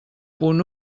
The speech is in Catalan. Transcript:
punt